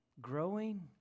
growing